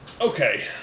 Okay